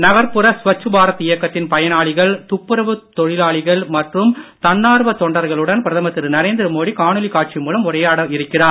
நகர்புற ஸ்வச் பாரத் இயக்கத்தின் பயனாளிகள் துப்புரவு தொழிலாளிகள் மற்றும் தன்னார்வ தொண்டர்களுடன் பிரதமர் திரு நரேந்திர மோடி காணொலி காட்சி மூலம் உரையாட இருக்கிறார்